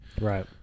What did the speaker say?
Right